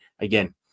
again